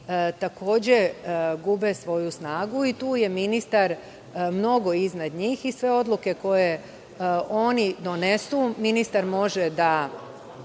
takođe gube svoju snagu i tu je ministar mnogo iznad njih i sve odluke koje oni donesu ministar može da